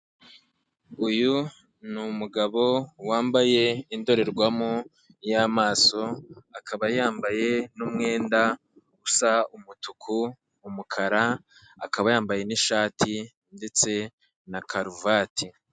Uyu ni umugabo wambaye indorerwamo y'amaso, akaba yambaye n'umwenda usa umutuku, umukara, akaba yambaye n'ishati ndetse na karuvati.